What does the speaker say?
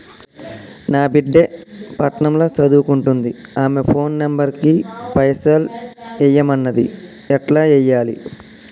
నా బిడ్డే పట్నం ల సదువుకుంటుంది ఆమె ఫోన్ నంబర్ కి పైసల్ ఎయ్యమన్నది ఎట్ల ఎయ్యాలి?